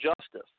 justice